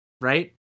right